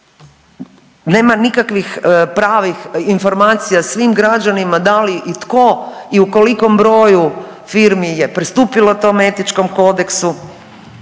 Nema nikakvih pravih informacija svim građanima da li i tko i u kolikom broju firmi je pristupilo tom etičkom kodeksu.